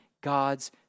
god's